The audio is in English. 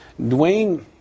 Dwayne